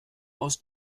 aus